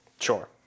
Sure